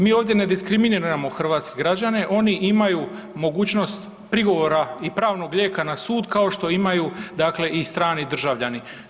Mi ovdje ne diskriminiramo hrvatske gađane oni imaju mogućnost prigovora i pravnog lijeka na sud kao što imaju dakle i strani državljani.